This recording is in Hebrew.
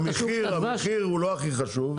הדבש המחיר הוא לא הכי חשוב.